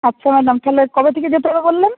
আচ্ছা ম্যাডাম তাহলে কবে থেকে যেতে হবে বললেন